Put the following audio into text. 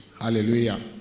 hallelujah